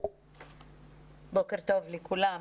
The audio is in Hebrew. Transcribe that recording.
בוקר טוב לכולם.